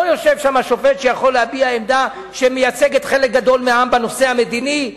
לא יושב שם שופט שיכול להביע עמדה שמייצגת חלק גדול מהעם בנושא המדיני.